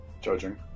Judging